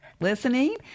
listening